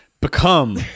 become